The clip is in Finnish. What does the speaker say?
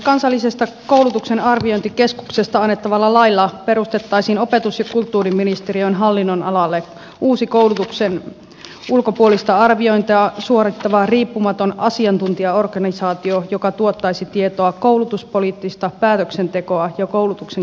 kansallisesta koulutuksen arviointikeskuksesta annettavalla lailla perustettaisiin opetus ja kulttuuriministeriön hallinnonalalle uusi koulutuksen ulkopuolista arviointia suorittava riippumaton asiantuntijaorganisaatio joka tuottaisi tietoa koulutuspoliittista päätöksentekoa ja koulutuksen kehittämistä varten